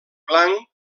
blanc